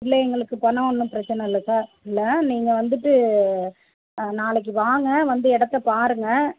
இல்லை எங்களுக்கு பணம் ஒன்றும் பிரச்சனை இல்லை சார் இல்லை நீங்கள் வந்துட்டு ஆ நாளைக்கு வாங்க வந்து இடத்த பாருங்க